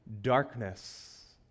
darkness